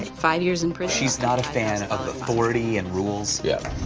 five years in prison. she's not a fan of authority and rules. yeah.